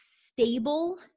stable